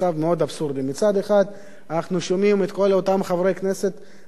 מצד אחד אנחנו שומעים את כל אותם חברי הכנסת מהסיעות הערביות,